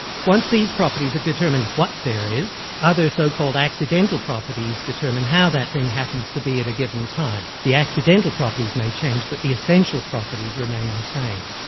once these properties are determined what there is, other so-called accidental properties determine how that thing happens to be at a given time. the accidental properties may change, but the essential properties remain the same.